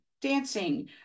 dancing